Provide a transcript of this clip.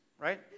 right